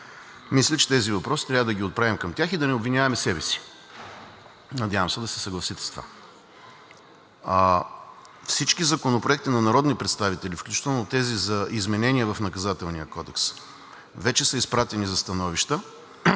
мисля, че тези въпроси трябва да ги отправим към тях и да не обвиняваме себе си. Надявам се да се съгласите с това. Всички законопроекти на народни представители, включително тези за изменение в Наказателния кодекс, вече са изпратени за становища.